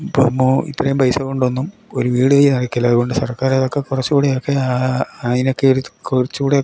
ഇപ്പം ആകുമ്പോൾ ഇത്രയും പൈസ കൊണ്ടൊന്നും ഒരു വീട് നടക്കില്ല അതുകൊണ്ട് സർക്കാർ അതൊക്ക കുറച്ചു കൂടി ഒക്കെയാണ് അതിനൊക്കെ ഒരു കുറച്ചു കൂടെ